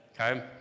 Okay